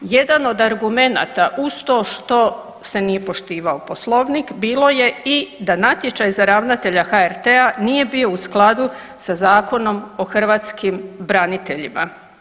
Jedan od argumenata uz to što se nije poštivao poslovnik bilo je i da natječaj za ravnatelja HRT-a nije bio u skladu sa Zakonom o hrvatskim braniteljima.